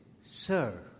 Sir